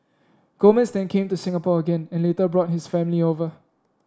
Gomez then came to Singapore again and later brought his family over